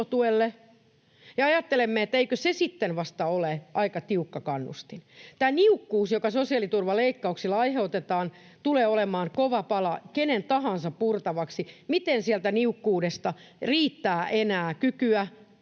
ja ajattelemme, että eikö se sitten vasta ole aika tiukka kannustin. Tämä niukkuus, joka sosiaaliturvaleikkauksilla aiheutetaan, tulee olemaan kova pala kenen tahansa purtavaksi. Miten sieltä niukkuudesta riittää enää kykyä